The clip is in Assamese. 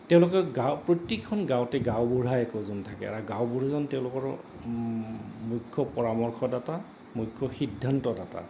তেওঁলোকে গাঁও প্ৰত্যেকখন গাঁৱতে গাঁওবুঢ়া একোজন থাকে আৰু গাঁওবুঢ়াজন তেওঁলোকৰ মুখ্য পৰামৰ্শদাতা মুখ্য সিদ্ধান্তদাতা